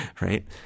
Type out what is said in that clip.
right